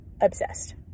obsessed